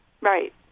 right